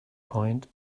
point